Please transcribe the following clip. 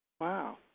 Wow